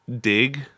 Dig